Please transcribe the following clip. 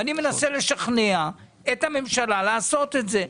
אני מנסה לשכנע את הממשלה לעשות את זה.